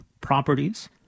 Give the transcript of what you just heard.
properties